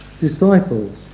disciples